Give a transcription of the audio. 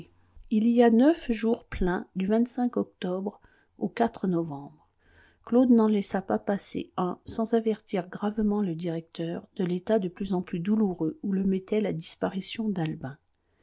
il y a neuf jours pleins du octobre au novembre claude n'en laissa pas passer un sans avertir gravement le directeur de l'état de plus en plus douloureux où le mettait la disparition d'albin